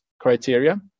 criteria